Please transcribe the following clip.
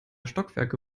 stockwerke